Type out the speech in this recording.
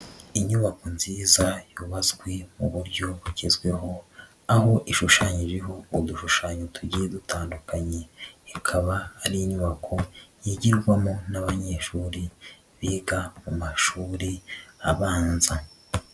Inyubako nziza yubatswe mu buryo bugezweho, aho ishushanyijeho udushushanyo tugiye dutandukanye, ikaba ari inyubako yigirwamo n'abanyeshuri biga mu mashuri abanza.